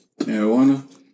marijuana